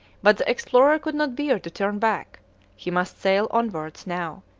but the explorer could not bear to turn back he must sail onwards now,